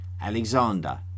Alexander